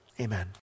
amen